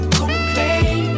complain